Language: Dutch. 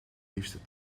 liefst